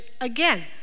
again